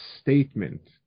statement